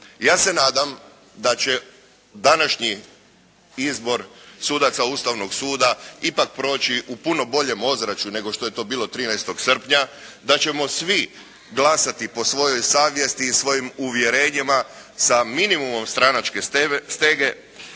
Ja se nadam da će današnji izbor sudaca Ustavnog suda ipak proći u puno boljem ozračju nego što je to bilo 13. srpnja, da ćemo svi glasati po svojoj savjesti i svojim uvjerenjima sa minimumom stranačke stege.